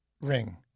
ring